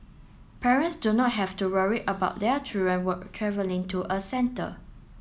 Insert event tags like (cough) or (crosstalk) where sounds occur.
parents do not have to worry about their children (unintelligible) travelling to a centre